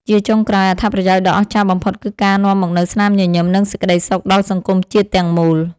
ជាចុងក្រោយ អត្ថប្រយោជន៍ដ៏អស្ចារ្យបំផុតគឺការនាំមកនូវ ស្នាមញញឹម និងសេចក្ដីសុខ ដល់សង្គមជាតិទាំងមូល។